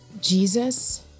Jesus